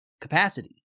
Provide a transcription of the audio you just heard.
capacity